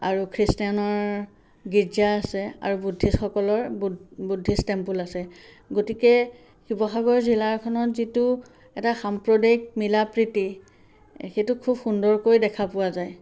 আৰু খ্ৰীষ্টানৰ গীৰ্জা আছে আৰু বুদ্ধিছসকলৰ বুদ্ধিছ টেম্পুল আছে গতিকে শিৱসাগৰ জিলাখনত যিটো এটা সাম্প্ৰদায়িক মিলা প্ৰীতি সেইটো খুব সুন্দৰকৈ দেখা পোৱা যায়